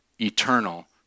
eternal